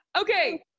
Okay